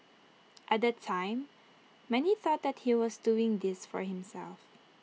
at that time many thought that he was doing this for himself